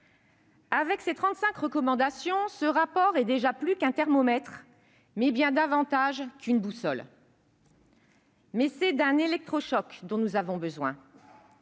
trente-cinq recommandations, ce rapport est déjà plus qu'un thermomètre et bien davantage qu'une boussole, mais c'est d'un électrochoc que nous avons besoin.